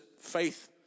faith